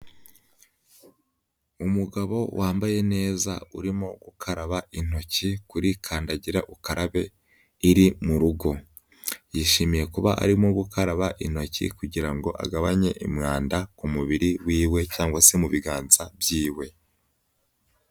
Umugabo wambaye neza urimo gukaraba intoki kuri kandagirukarabe iri mu rugo, yishimiye kuba arimo gukaraba intoki kugira ngo agabanye imwanda ku mubiri w'iwe, cyangwa se mu biganza by'iwe.